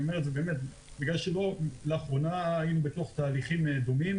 אומר את זה מכיוון שלאחרונה היינו בתוך תהליכים דומים